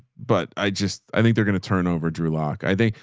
but i just, i think they're going to turn over drew lock. i think,